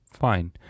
fine